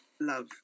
love